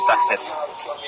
success